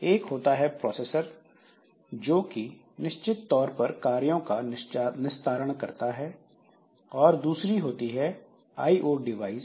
एक होता है प्रोसेसर जो कि निश्चित तौर पर कार्यों का निस्तारण करता है और दूसरी होती है आईओ डिवाइसIO devices